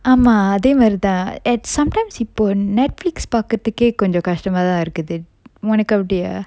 ஆமா அதே மாறி தான்:aama athe mari than and sometimes இப்போ:ippo netflix பாக்கத்துக்கே கொஞ்சம் கஸ்டமா தான் இருக்குது ஒனக்கு அப்படியா:pakkathukke konjam kastama than irukkuthu onakku appadiya